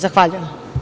Zahvaljujem.